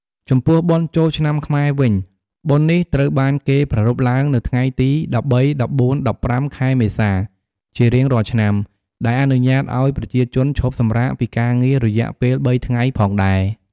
ចំពោះបុណ្យចូលឆ្នាំខ្មែរវិញ បុណ្យនេះត្រូវបានគេប្រារព្ធឡើងនៅថ្ងៃទី ១៣,១៤,១៥ខែមេសាជារៀងរាល់ឆ្នាំដែលអនុញ្ញាតឪ្យប្រជាជនឈប់សម្រាកពីការងាររយៈពេល៣ថ្ងៃផងដែរ ។